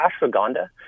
ashwagandha